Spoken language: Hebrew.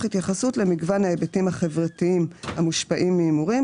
התייחסות למגוון ההיבטים החברתיים המושפעים מהימורי,